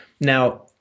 Now